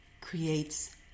creates